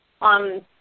on